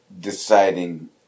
deciding